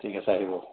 ঠিক আছে আহিব